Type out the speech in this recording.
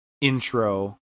intro